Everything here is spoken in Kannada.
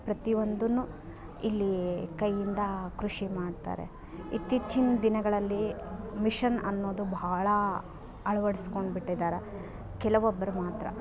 ಪ್ರತಿಯೊಂದನ್ನು ಇಲ್ಲಿ ಕೈಯಿಂದ ಕೃಷಿ ಮಾಡ್ತಾರೆ ಇತೀಚಿನ ದಿನಗಳಲ್ಲಿ ಮಿಷನ್ ಅನ್ನೋದು ಭಾಳ ಅಳ್ವಡ್ಸ್ಕೊಂಡು ಬಿಟ್ಟಿದ್ದಾರೆ ಕೆಲವೊಬ್ರು ಮಾತ್ರ